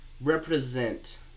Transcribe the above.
represent